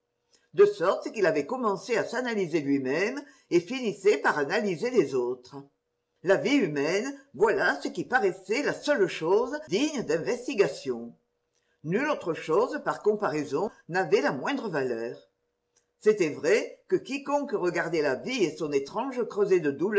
de sorte qu'il avait commencé à s'analyser lui-même et finissait par analyser les autres la vie humaine voilà ce qui paraissait la seule chose digne d'investigation nulle autre chose par comparaison n'avait la moindre valeur c'était vrai que quiconque regardait la vie et son étrange creuset de